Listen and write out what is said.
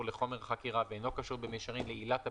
לחומר החקירה ואינו קשור במישרין לעילת הפיקוח,